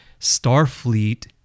Starfleet